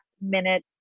minute